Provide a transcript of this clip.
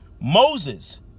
Moses